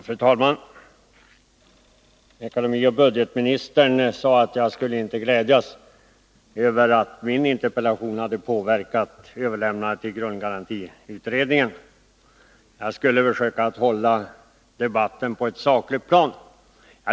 Fru talman! Ekonomioch budgetministern sade att jag inte skulle glädjas över att min interpellation hade påverkat överlämnandet av grundgarantiutredningen. Jag skulle försöka hålla debatten på ett sakligt plan.